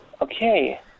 Okay